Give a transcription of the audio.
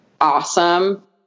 Awesome